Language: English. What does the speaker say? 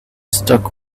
stuck